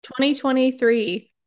2023